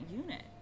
unit